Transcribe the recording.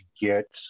get